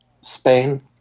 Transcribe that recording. Spain